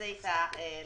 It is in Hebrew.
ונצא אתה לדרך.